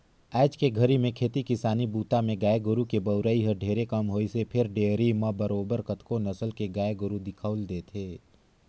आयज के घरी में खेती किसानी बूता में गाय गोरु के बउरई हर ढेरे कम होइसे फेर डेयरी म बरोबर कतको नसल के गाय गोरु दिखउल देथे